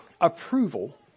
approval